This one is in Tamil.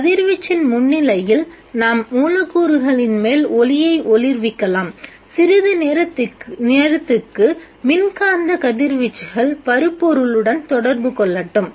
கதிர்வீச்சின் முன்னிலையில் நாம் மூலக்கூறுகளின் மேல் ஒளியை ஒளிர்விக்கலாம் சிறிது நேரத்துக்கு மின்காந்த கதிர்வீச்சுகள் பருப்பொருளுடன் தொடர்பு கொள்ளட்டும்